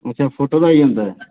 अच्छा फुट दा होई जंदा